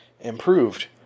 improved